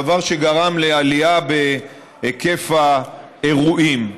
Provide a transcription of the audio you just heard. דבר שגרם לעלייה בהיקף האירועים.